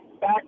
back